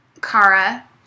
Kara